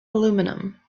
aluminium